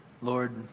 Lord